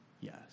yes